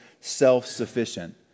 self-sufficient